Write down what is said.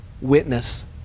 witness